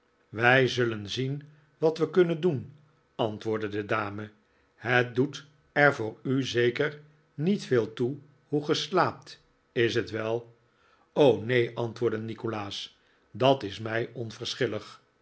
wij zullen zien wat we kunnen doen antwoordde de dame het doet er voor u zeker niet veel toe hoe ge slaapt is t wel neen antwoordde nikolaas dat is mij